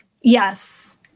yes